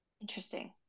Interesting